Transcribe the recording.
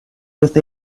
with